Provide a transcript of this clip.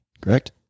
Correct